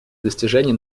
достижения